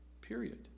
period